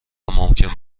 ممکن